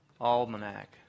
almanac